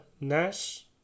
Nash